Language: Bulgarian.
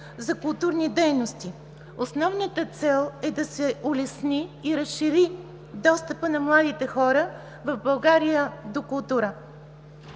за културни дейности. Основната цел е да се улесни и разшири достъпът на младите хора в България до култура.